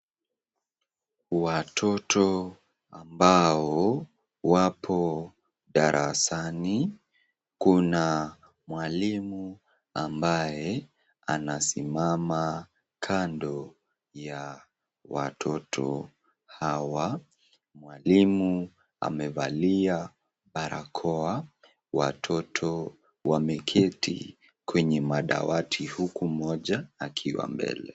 Watoto ambapo wamo darasani kuna mwalimu ambaye anasimama kando ya watoto hawa, mwalimu amevalia barakoa watoto wameketi kwenye madawati huku mmoja akiwa mbele.